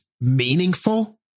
meaningful